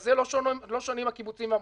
בזה לא שונים הקיבוצים והמושבים.